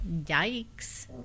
Yikes